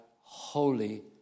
holy